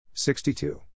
62